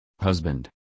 Husband